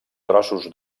trossos